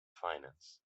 finance